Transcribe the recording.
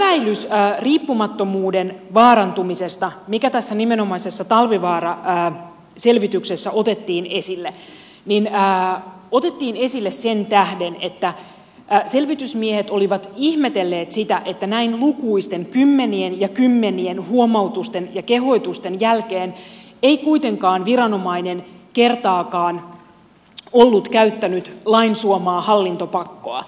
se epäilys riippumattomuuden vaarantumisesta mikä tässä nimenomaisessa talvivaara selvityksessä otettiin esille otettiin esille sen tähden että selvitysmiehet olivat ihmetelleet sitä että näin lukuisten kymmenien ja kymmenien huomautusten ja kehotusten jälkeen ei kuitenkaan viranomainen kertaakaan ollut käyttänyt lain suomaa hallintopakkoa